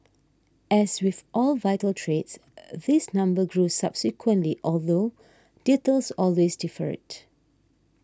as with all vital trades this number grew subsequently although details always differed